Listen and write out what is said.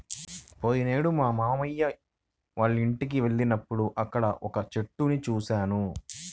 పోయినేడు మా మావయ్య వాళ్ళింటికి వెళ్ళినప్పుడు అక్కడ వక్క చెట్లను చూశాను